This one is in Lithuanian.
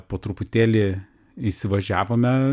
po truputėlį įsivažiavome